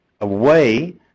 away